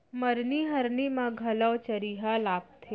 मरनी हरनी म घलौ चरिहा लागथे